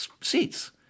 Seats